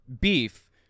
beef